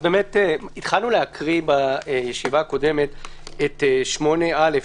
התקלנו להקריא בישיבה הקודמת את 8(א)